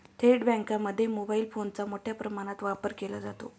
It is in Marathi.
थेट बँकांमध्ये मोबाईल फोनचा मोठ्या प्रमाणावर वापर केला जातो